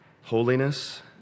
holiness